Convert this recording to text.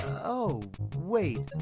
oh, wait.